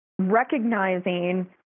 recognizing